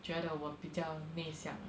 觉得我比较内向